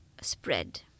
spread